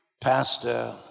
Pastor